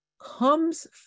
Comes